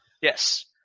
Yes